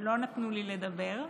לא נתנו לי לדבר.